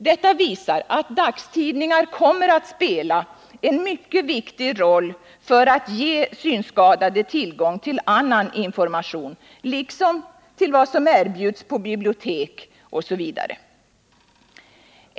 Detta visar att dagstidningar kommer att spela en mycket viktig roll för att ge synskadade tillgång till annan information liksom till vad som erbjuds på bibliotek osv.